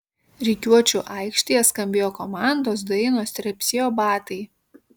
rikiuočių aikštėje skambėjo komandos dainos trepsėjo batai